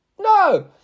No